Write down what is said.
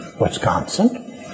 Wisconsin